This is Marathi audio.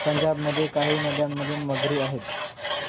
पंजाबमध्ये काही नद्यांमध्ये मगरी आहेत